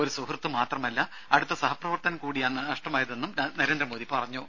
ഒരു സുഹൃത്ത് മാത്രമല്ല അടുത്ത സഹപ്രവർത്തകൻ കൂടിയാണ് നഷ്ടമായതെന്നും നരേന്ദ്രമോദി പറഞ്ഞു